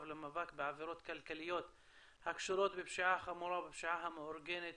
למאבק בעבירות כלכליות הקשורות בפשיעה חמורה ובפשיעה המאורגנת